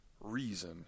reason